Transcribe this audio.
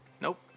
nope